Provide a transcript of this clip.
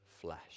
flesh